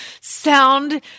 sound